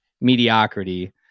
mediocrity